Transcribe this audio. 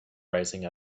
rising